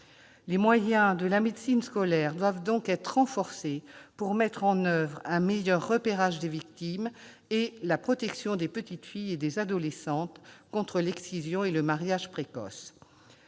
Les moyens de la médecine scolaire doivent donc être renforcés pour mettre en oeuvre un meilleur repérage des victimes et la protection des petites filles et des adolescentes contre l'excision et le mariage précoce.